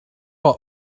are